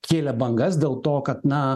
kėlė bangas dėl to kad na